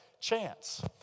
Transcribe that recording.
chance